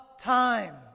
time